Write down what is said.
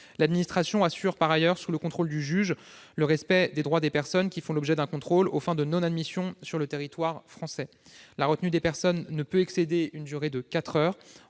L'administration assure par ailleurs, sous le contrôle du juge, le respect des droits des personnes qui font l'objet d'un contrôle aux fins de non-admission sur le territoire français. La durée de retenue des personnes ne peut excéder quatre heures.